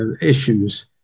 issues